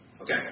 Okay